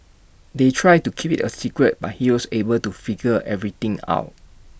they tried to keep IT A secret but he was able to figure everything out